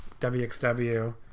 WXW